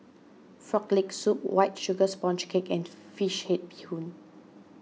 Frog Leg Soup White Sugar Sponge Cake and Fish Head Bee Hoon